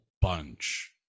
bunch